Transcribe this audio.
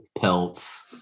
pelts